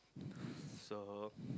so